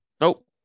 Nope